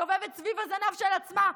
מסתובבת סביב הזנב של עצמה.